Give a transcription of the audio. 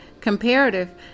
comparative